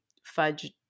fudge